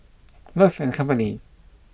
Love and Company